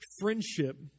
Friendship